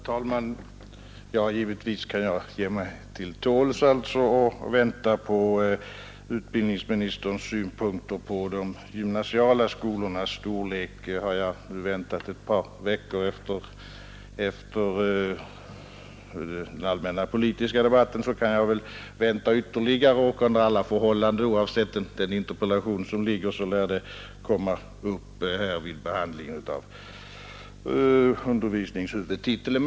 Herr talman! Givetvis kan jag ge mig till tåls och vänta på utbildningsministerns synpunkter på de gymnasiala skolornas storlek. Har jag väntat ett par veckor efter den allmänpolitiska debatten, kan jag väl vänta ytterligare. Oavsett den interpellation som ligger lär frågan komma upp vid behandlingen av undervisningshuvudtiteln.